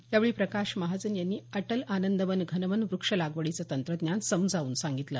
यावेळी प्रकाश महाजन यांनी अटल आनंदवन घनवन वृक्षलागवडीच तंत्रज्ञान समजाजून सांगितलं